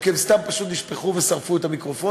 או כי הם סתם פשוט נשפכו ושרפו את המיקרופונים.